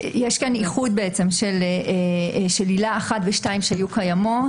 יש כאן איחוד של עילות 1 ו-2 שהיו קיימות.